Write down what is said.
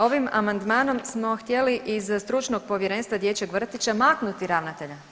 Ovim amandmanom smo htjeli i sa stručnog povjerenstva dječjeg vrtića maknuti ravnatelja.